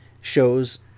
shows